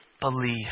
believe